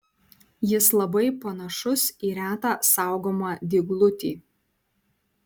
jis labai panašus į retą saugomą dyglutį